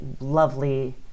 lovely